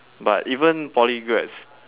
but even poly grads